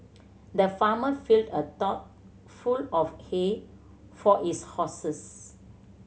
the farmer filled a trough full of hay for his horses